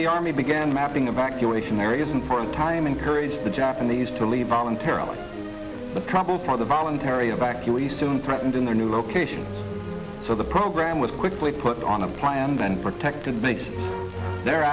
the army began mapping evacuation areas and for a time encourage the japanese to leave voluntarily troubled by the voluntary evacuation threatened in their new location so the program was quickly put on a plan and then protected makes the